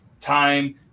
time